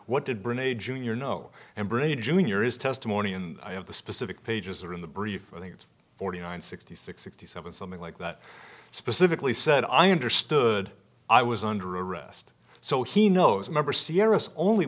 what did bring a junior no and brady jr is testimony and i have the specific pages or in the brief i think it's forty nine sixty six sixty seven something like that specifically said i understood i was under arrest so he knows